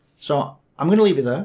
so i'm gonna leave it there.